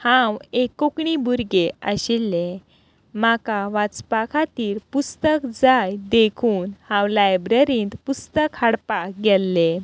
हांव एक कोंकणी भुरगें आशिल्लें म्हाका वाचपा खातीर पुस्तक जाय देखून हांव लायब्ररींत पुस्तक हाडपाक गेल्लें